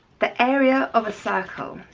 the area of a circle